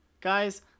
Guys